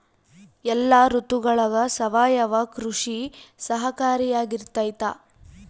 ಎಲ್ಲ ಋತುಗಳಗ ಸಾವಯವ ಕೃಷಿ ಸಹಕಾರಿಯಾಗಿರ್ತೈತಾ?